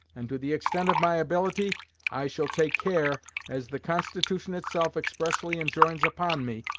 and to the extent of my ability i shall take care, as the constitution itself expressly enjoins upon me,